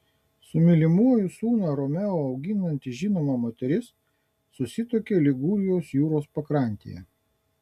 su mylimuoju sūnų romeo auginanti žinoma moteris susituokė ligūrijos jūros pakrantėje